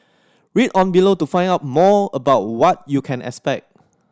read on below to find out more about what you can expect